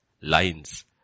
lines